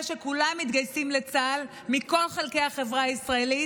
שכולם מתגייסים לצה"ל מכל חלקי החברה הישראלית,